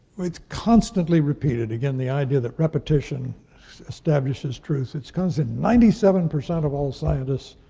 it's constantly repeated, again, the idea that repetition establishes truth. it's cause and ninety seven percent of all scientists